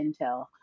intel